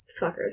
Fuckers